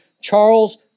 Charles